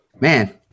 Man